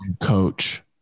coach